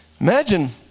Imagine